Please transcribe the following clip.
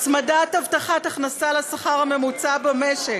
הצמדת הבטחת הכנסה לשכר הממוצע במשק,